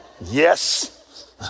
Yes